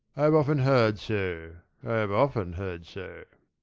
i have often heard so i have often heard so.